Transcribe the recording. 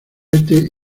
este